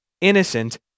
innocent